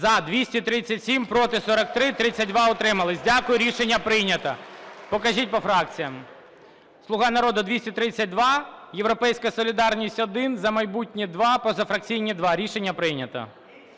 За-237 Проти – 43, 32 – утримались. Дякую. Рішення прийнято. Покажіть по фракціям. "Слуга народу" – 232, "Європейська солідарність" – 1, "За майбутнє" – 2, позафракційні – 2. Рішення прийнято.